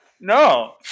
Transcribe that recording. No